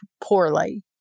poorly